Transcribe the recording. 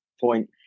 point